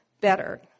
better